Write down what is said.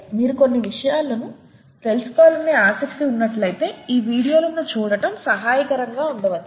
మీరు కొన్ని వివరాలను తెలుసుకోవాలనే ఆసక్తి ఉన్నట్లయితే ఈ వీడియోలను చూడటం సహాయకరంగా ఉండవచ్చు